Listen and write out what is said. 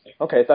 Okay